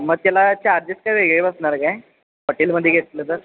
मग त्याला चार्जेस काही वेगळे बसणार काय हॉटेलमध्ये घेतलं तर